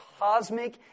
cosmic